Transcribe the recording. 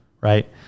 right